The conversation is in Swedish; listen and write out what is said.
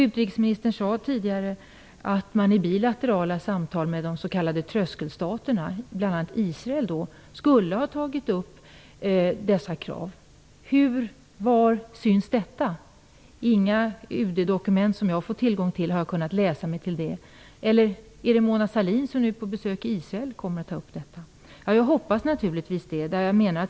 Utrikesministern sade tidigare att man i bilaterala samtal med de s.k. tröskelstaterna - bl.a. Israel - skulle ha tagit upp dessa krav. Hur och var syns detta? Jag har inte kunnat läsa mig till det i några av de UD dokument som jag har fått tillgång till. Eller är det Mona Sahlin, som nu är på besök i Israel, som kommer att ta upp detta? Jag hoppas naturligtvis det.